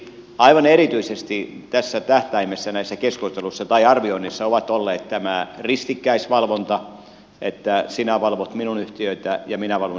aivan erityisesti tähtäimessä näissä arvioinneissa on ollut tämä ristikkäisvalvonta että sinä valvot minun yhtiötäni ja minä valvon sinun yhtiötäsi